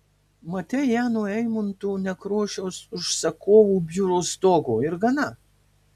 matei ją nuo eimunto nekrošiaus užsakovų biuro stogo ir gana